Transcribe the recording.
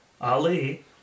Ali